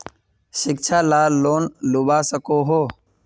शिक्षा ला लोन लुबा सकोहो?